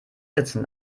sitzen